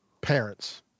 parents